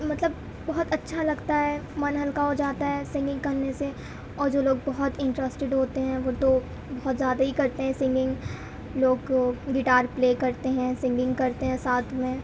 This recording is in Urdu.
مطلب بہت اچّھا لگتا ہے من ہلکا ہو جاتا ہے سنگنگ کرنے سے اور جو لوگ بہت انٹریسٹیڈ ہوتے ہیں وہ تو بہت زیادہ ہی کرتے ہیں سنگنگ لوگ گٹار پلے کرتے ہیں سنگنگ کرتے ہیں ساتھ میں